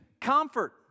comfort